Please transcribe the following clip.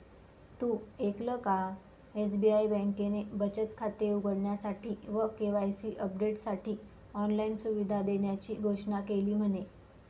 तु ऐकल का? एस.बी.आई बँकेने बचत खाते उघडण्यासाठी व के.वाई.सी अपडेटसाठी ऑनलाइन सुविधा देण्याची घोषणा केली म्हने